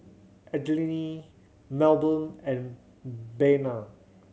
Adline Melbourne and Bena